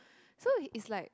so is like